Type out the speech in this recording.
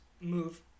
move